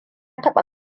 taɓa